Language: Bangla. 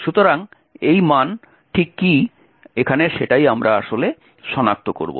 সুতরাং এই মান ঠিক কী এখানে সেটাই আমরা আসলে সনাক্ত করব